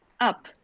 up